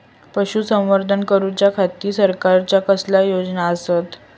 पशुसंवर्धन करूच्या खाती सरकारच्या कसल्या योजना आसत?